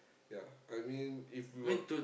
ya I mean if we were